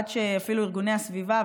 עד שאפילו ארגוני הסביבה,